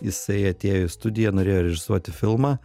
jisai atėjo į studiją norėjo režisuoti filmą